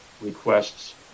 requests